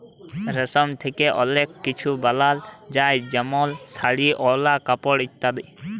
রেশম থ্যাকে অলেক কিছু বালাল যায় যেমল শাড়ি, ওড়লা, কাপড় ইত্যাদি